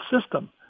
system